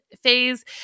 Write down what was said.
phase